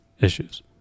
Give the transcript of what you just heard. issues